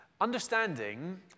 Understanding